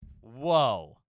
whoa